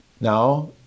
Now